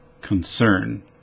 concern